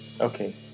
Okay